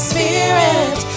Spirit